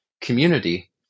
community